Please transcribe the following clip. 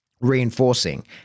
reinforcing